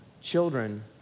children